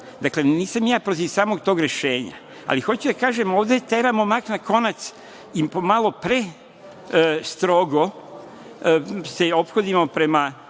nisam ja protiv samog tog rešenja, ali hoću da kažem ovde teramo mak na konac i po malo prestrogo se ophodimo prema